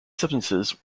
substances